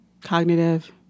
cognitive